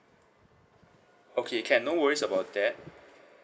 okay can no worries about that